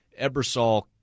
Ebersol